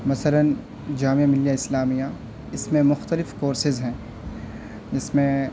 مثلاً جامعہ ملیہ اسلامیہ اس میں مختلف کورسیز ہیں جس میں